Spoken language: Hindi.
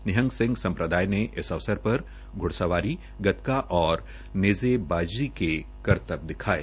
निहंग सिंह सम्प्रदाय ने इस अवसर पर घ्ड़सवारी गतका श्रू और नेज़ेबाज़ी के करतब दिखायें